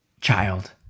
child